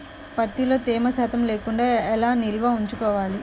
ప్రత్తిలో తేమ శాతం లేకుండా ఎలా నిల్వ ఉంచుకోవాలి?